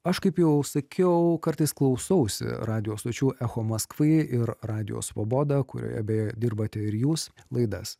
aš kaip jau sakiau kartais klausausi radijo stočių echo maskvy ir radijo svoboda kurioje beje dirbate ir jūs laidas